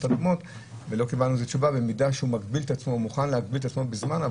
אדומות במידה שהוא מוכן להגביל את עצמו בזמן.